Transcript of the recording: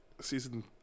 season